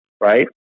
right